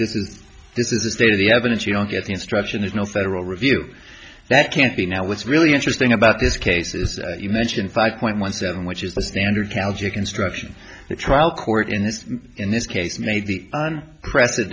this is a state of the evidence you don't get the instruction is no federal review that can't be now what's really interesting about this case is you mention five point one seven which is the standard cal j construction the trial court in this in this case made the on prece